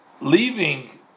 leaving